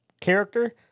character